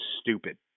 stupid